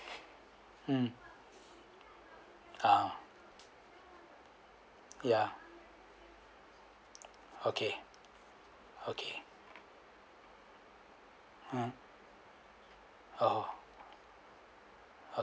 um ah yeah okay okay mm orh